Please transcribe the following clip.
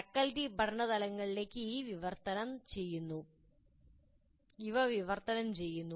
faculty പഠന ഫലങ്ങളിലേക്ക് ഇവ വിവർത്തനം ചെയ്യുന്നു